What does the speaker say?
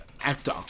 actor